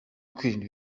kwirinda